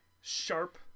sharp